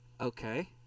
Okay